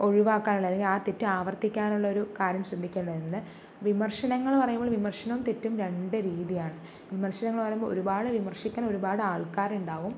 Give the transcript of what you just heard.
ഒഴിവാക്കാൻ അല്ലെങ്കിൽ ആ തെറ്റ് ആവർത്തിക്കാനുള്ള ഒരു കാര്യം ചിന്തിക്കാ വിമർശങ്ങൾ പറയുമ്പോൾ വിമർശനവും തെറ്റും രണ്ട് രീതിയാണ് വിമർശനങ്ങൾ പറയുമ്പോൾ ഒരുപാട് വിമർശിക്കുന്ന ഒരുപാട് ആൾക്കാരുണ്ടാകും